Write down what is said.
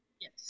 Yes